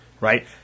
Right